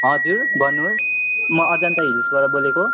हजुर भन्नुहोस् म अजान्ता हिल्सबाट बोलेको